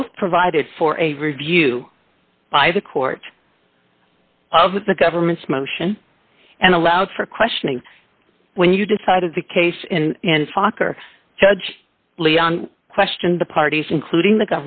both provided for a review by the court of the government's motion and allowed for questioning when you decided the case and fokker judge leon questioned the parties including the